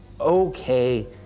okay